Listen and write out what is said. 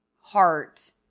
heart